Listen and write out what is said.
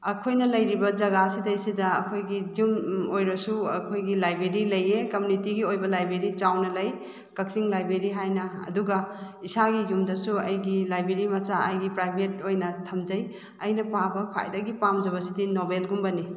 ꯑꯩꯈꯣꯏꯅ ꯂꯩꯔꯤꯕ ꯖꯒꯥ ꯁꯤꯗꯩꯁꯤꯗ ꯑꯩꯈꯣꯏꯒꯤ ꯌꯨꯝ ꯑꯣꯏꯔꯁꯨ ꯑꯩꯈꯣꯏꯒꯤ ꯂꯥꯏꯕ꯭꯭ꯔꯦꯔꯤ ꯂꯩꯌꯦ ꯀꯝꯃꯨꯅꯤꯇꯤꯒꯤ ꯑꯣꯏꯕ ꯂꯥꯏꯕ꯭ꯔꯦꯔꯤ ꯆꯥꯎꯅ ꯂꯩ ꯀꯛꯆꯤꯡ ꯂꯥꯏꯕ꯭ꯔꯦꯔꯤ ꯍꯥꯏꯅ ꯑꯗꯨꯒ ꯏꯁꯥꯒꯤ ꯌꯨꯝꯗꯁꯨ ꯑꯩꯒꯤ ꯂꯥꯏꯕ꯭ꯔꯦꯔꯤ ꯃꯆꯥ ꯑꯩꯒꯤ ꯄ꯭ꯔꯥꯏꯕꯦꯠ ꯑꯣꯏꯅ ꯊꯝꯖꯩ ꯑꯩꯅ ꯄꯥꯕ ꯈ꯭ꯋꯥꯏꯗꯒꯤ ꯄꯥꯝꯖꯕꯁꯤꯗꯤ ꯅꯣꯕꯦꯜꯒꯨꯝꯕꯅꯤ